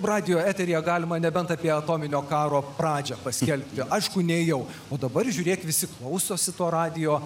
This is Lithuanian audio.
radijo eteryje galima nebent apie atominio karo pradžią paskelbti aišku nėjau o dabar žiūrėk visi klausosi to radijo